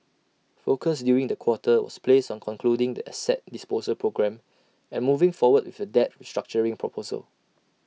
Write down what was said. focus during the quarter was placed on concluding the asset disposal programme and moving forward with the debt restructuring proposal